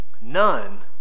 none